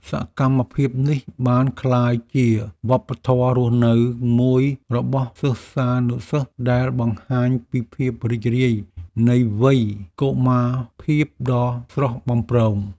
សកម្មភាពនេះបានក្លាយជាវប្បធម៌រស់នៅមួយរបស់សិស្សានុសិស្សដែលបង្ហាញពីភាពរីករាយនៃវ័យកុមារភាពដ៏ស្រស់បំព្រង។